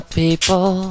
people